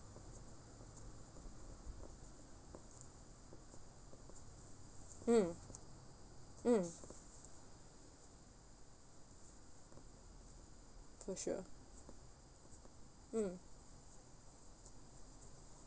mm mm for sure mm